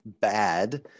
bad